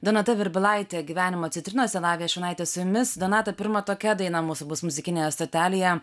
donata virbalaitė gyvenimo citrinose lavija šurnaitė su jumis donato pirma tokia daina mūsų bus muzikinėje stotelėje